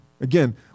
Again